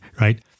right